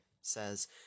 says